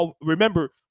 remember